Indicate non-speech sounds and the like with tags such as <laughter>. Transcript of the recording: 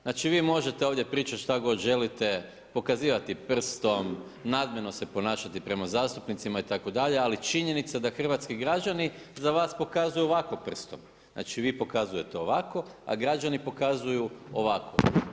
Znači vi možete ovdje pričati šta god želite, pokazivati prstom, … <unintelligible> se ponašati prema zastupnicima itd. ali činjenica da hrvatski građani, za vas pokazuju ovako prstom, znači vi pokazujete ovako, a građani pokazuju ovako.